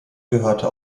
gehörte